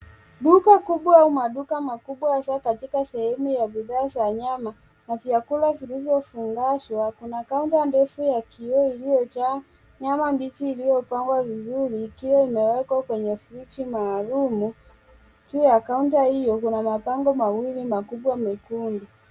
Duka kubwa au maduka kubwa hasa katika sehemu ya bidhaa za nyama na vyakula vilivyofungashwa kuna kaunta ndefu ya kioo ilijaa nyama mbichi iliyopangwa vizuri ikiwa imewekwa kwenye friji maalumu. Juu ya kaunta hio kuna mabango mawili na kubwa mekundu.